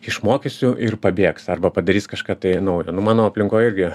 išmokysiu ir pabėgs arba padarys kažką tai naujo nu mano aplinkoj irgi